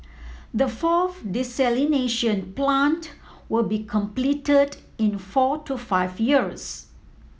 the fourth desalination plant will be completed in four to five years